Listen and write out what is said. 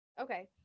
Okay